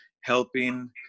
helping